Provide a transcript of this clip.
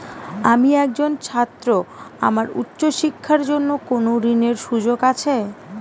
আমি একজন ছাত্র আমার উচ্চ শিক্ষার জন্য কোন ঋণের সুযোগ আছে?